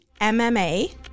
MMA